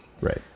Right